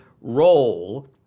role